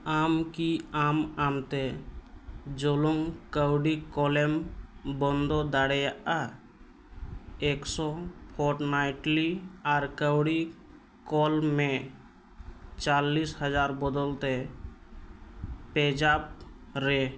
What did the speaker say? ᱟᱢ ᱠᱤ ᱟᱢ ᱟᱢᱛᱮ ᱡᱚᱞᱚᱜ ᱠᱟᱹᱣᱰᱤ ᱠᱳᱞᱮᱢ ᱵᱚᱱᱫᱚ ᱫᱟᱲᱮᱭᱟᱜᱼᱟ ᱮᱠᱥᱚ ᱯᱷᱳᱨᱴᱱᱟᱭᱤᱴᱞᱤ ᱟᱨ ᱠᱟᱹᱣᱰᱤ ᱠᱳᱞ ᱢᱮ ᱪᱟᱞᱞᱤᱥ ᱦᱟᱡᱟᱨ ᱵᱚᱫᱚᱞᱛᱮ ᱯᱮ ᱡᱟᱯ ᱨᱮ